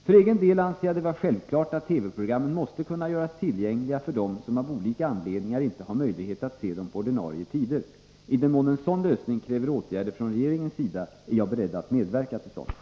För egen del anser jag det vara självklart att TV-programmen måste kunna göras tillgängliga för dem som av olika anledningar inte har möjlighet att se dem på ordinarie tider. I den mån en sådan lösning kräver åtgärder från regeringens sida är jag beredd att medverka till sådana.